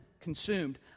consumed